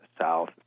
south